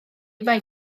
mae